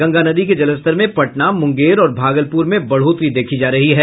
गंगा नदी के जलस्तर में पटना मूंगेर और भागलपुर में बढ़ोतरी देखी जा रही है